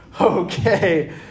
okay